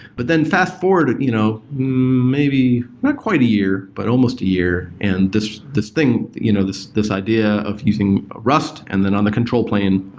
but then fast-forward and you know maybe not quite a year, but almost a year, and this this thing, you know this this idea of using rust and then on the control plane,